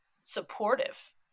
supportive